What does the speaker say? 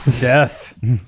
death